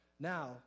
Now